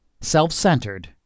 self-centered